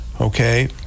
okay